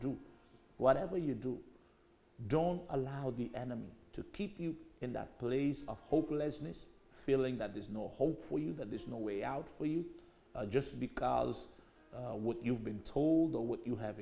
do whatever you do don't allow the enemy to keep you in that place of hopelessness feeling that there's no hope for you that there's no way out for you just because uh what you've been told or what you have